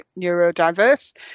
neurodiverse